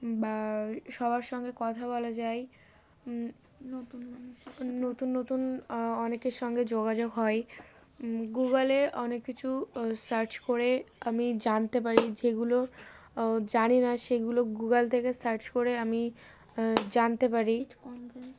বা সবার সঙ্গে কথা বলা যায় নুন নতুন নতুন অনেকের সঙ্গে যোগাযোগ হয় গুগলে অনেক কিছু সার্চ করে আমি জানতে পারি যেগুলো জানি না সেগুলো গুগল থেকে সার্চ করে আমি জানতে পারি